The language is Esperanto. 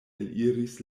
eliris